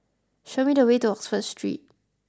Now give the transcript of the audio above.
show me the way to Oxford Street